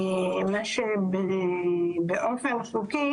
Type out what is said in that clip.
מה שבאופן חוקי,